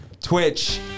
Twitch